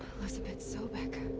elisabet sobeck?